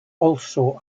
also